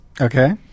Okay